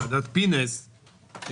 ועדת פינס,